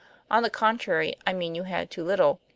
on the contrary, i mean you had too little.